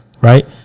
Right